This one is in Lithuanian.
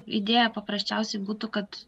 idėja paprasčiausiai būtų kad